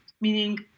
meaning